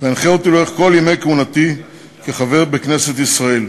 וינחה אותי לאורך כל ימי כהונתי כחבר בכנסת ישראל.